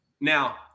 Now